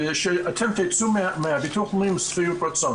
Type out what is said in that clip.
ושאתן תצאו מהביטוח הלאומי עם שביעות רצון.